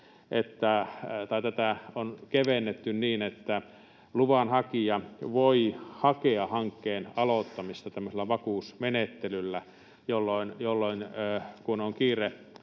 tätä on kevennetty niin, että luvanhakija voi hakea hankkeen aloittamista vakuusmenettelyllä, jolloin kun on kiire